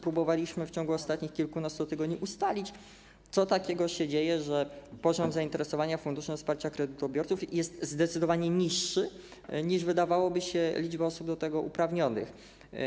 Próbowaliśmy też w ciągu ostatnich kilkunastu tygodni ustalić, co takiego się dzieje, że poziom zainteresowania Funduszem Wsparcia Kredytobiorców jest zdecydowanie niższy niż, wydawałoby się, liczba osób do tego uprawnionych.